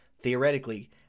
Theoretically